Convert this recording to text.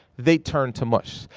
they turn to mush.